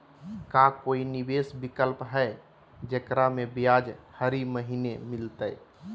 का कोई निवेस विकल्प हई, जेकरा में ब्याज हरी महीने मिलतई?